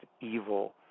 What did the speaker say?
evil